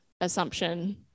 assumption